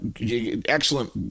excellent